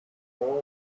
calm